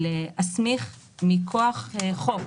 להסמיך מכוח חוק.